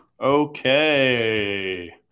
Okay